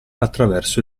attraverso